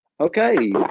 Okay